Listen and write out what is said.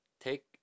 Take